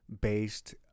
based